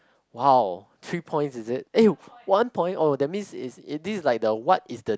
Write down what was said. !wow! three points is it eh one point oh that means is is this like the what is the